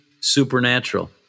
supernatural